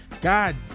God